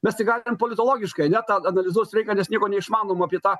mes tik galim politologiškai ne tą analizuot sveika nes nieko neišmanom apie tą